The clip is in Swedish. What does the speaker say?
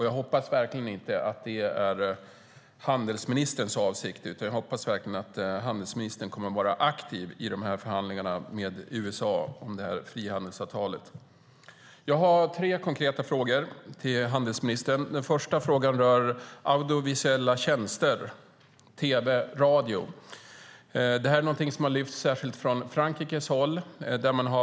Jag hoppas att det inte är handelsministerns avsikt utan hoppas verkligen att handelsministern kommer att vara aktiv i förhandlingarna med USA om det här frihandelsavtalet. Jag har tre konkreta frågor till handelsministern. Den första frågan rör audiovisuella tjänster som tv och radio. Särskilt Frankrike har lyft fram det.